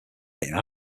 getting